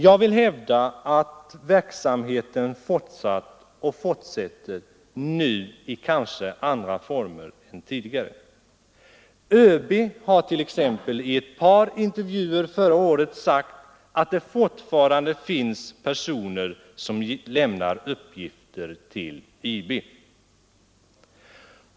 Jag vill hävda att verksamheten fortsatt och fortsätter nu, kanske i andra former än tidigare. ÖB har till exempel i ett par intervjuer förra året sagt att det fortfarande finns personer som lämnar uppgifter till IB.